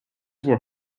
were